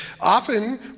Often